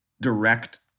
direct